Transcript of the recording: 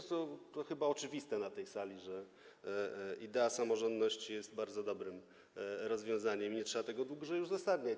To chyba oczywiste na tej sali, że idea samorządności jest bardzo dobrym rozwiązaniem, i nie trzeba tego dłużej uzasadniać.